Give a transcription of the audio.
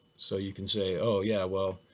so you can say, oh, yeah, well,